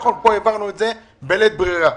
נכון, פה העברנו את זה בלית ברירה.